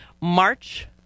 March